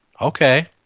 Okay